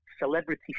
celebrity